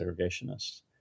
segregationists